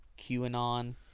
QAnon